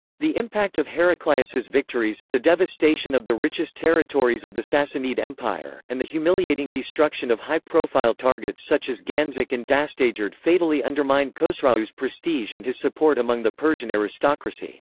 the impact of heraclius's victories, the devastation of the richest territories of the sassanid empire, and the humiliating destruction of high-profile targets such as ganzak and dastagerd fatally undermined khosrau's prestige and his support among the persian aristocracy.